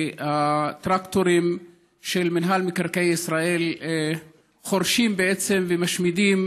הטרקטורים של מינהל מקרקעי ישראל חורשים ומשמידים